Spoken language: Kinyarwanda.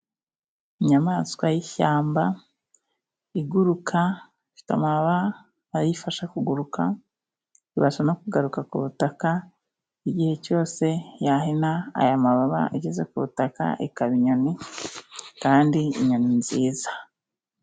Inyamaswa y'ishyamba iguruka Ifite amababa ayifasha kuguruka. Ibasha no kugaruka ku butaka igihe cyose yahina aya mababa ageze ku butaka, ikaba inyoni kandi inyoni nziza.